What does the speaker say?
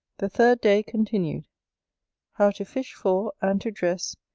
the third day-continued how to fish for, and to dress,